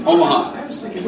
Omaha